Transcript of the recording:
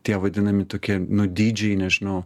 tie vadinami tokie nu dydžiai nežinau